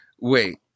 wait